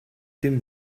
dem